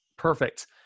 Perfect